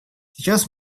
сейчас